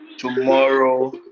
Tomorrow